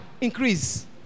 increase